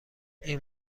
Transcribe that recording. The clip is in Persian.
این